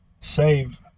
save